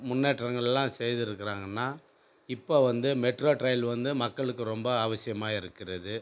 முன்னேற்றங்களெலாம் செய்திருக்குறாங்கன்னா இப்போ வந்து மெட்ரோ ட்ரெயின் வந்து மக்களுக்கு ரொம்ப அவசியமாக இருக்கிறது